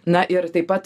na ir taip pat